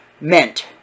meant